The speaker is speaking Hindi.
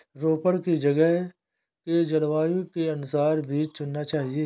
रोपड़ की जगह के जलवायु के अनुसार बीज चुनना चाहिए